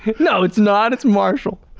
no it's not, it's marshall.